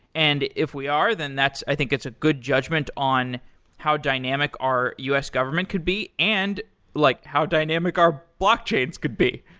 and if we are, then i think it's a good judgment on how dynamic our u s. government could be, and like how dynamic our blockchains could be.